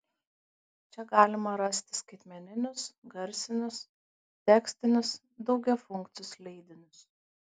čia galima rasti skaitmeninius garsinius tekstinius daugiafunkcius leidinius